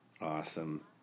Awesome